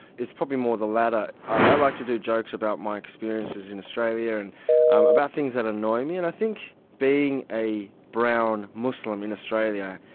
it's probably more the latter. i like to do jokes about my experiences in australia, and about things that annoy me. and i think being a brown muslim in australia,